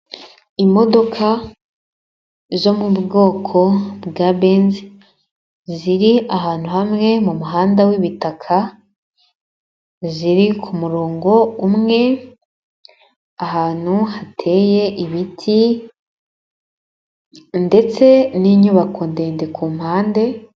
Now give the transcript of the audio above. Imodoka zo mu bwoko bwa benzi ziri ahantu hamwe mu muhanda wibitaka ziri ku murongo umwe ahantu hateye ibiti ndetse n'inyubako ndende kumpande.